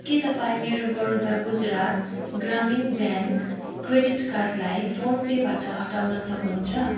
के तपाईँ मेरो बडोदा गुजरात ग्रामीण ब्याङ्क क्रेडिट कार्डलाई फोन पेबाट हटाउन सक्नुहुन्छ